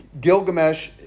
Gilgamesh